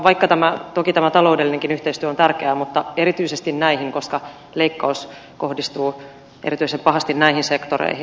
vaikka toki taloudellinenkin yhteistyö on tärkeää toivoisin lisäpanostusta erityisesti näihin koska leikkaus kohdistuu erityisen pahasti näihin sektoreihin